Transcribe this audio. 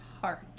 heart